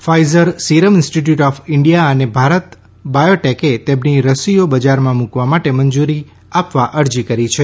Pfizer Serum Institute of India અને ભારત બાયોટેકે તેમની રસીઓ બજારમાં મૂકવા માટે મંજૂરી આપવા અરજી કરી છે